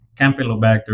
Campylobacter